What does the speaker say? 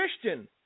Christian